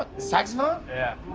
ah saxophone? yeah.